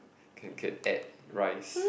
can can add rice